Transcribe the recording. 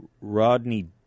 Rodney